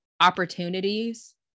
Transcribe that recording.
opportunities